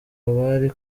bari